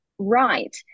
Right